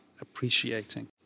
appreciating